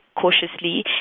cautiously